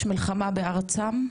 יש מלחמה בארצם,